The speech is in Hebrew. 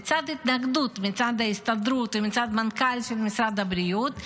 לצד התנגדות מצד ההסתדרות ומצד מנכ"ל משרד הבריאות,